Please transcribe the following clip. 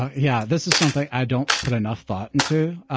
yeah, this is something i don't put enough thought into.